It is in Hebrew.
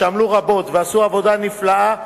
שעמלו רבות ועשו עבודה נפלאה,